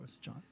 John